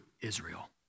Israel